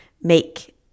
make